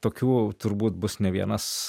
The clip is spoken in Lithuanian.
tokių turbūt bus ne vienas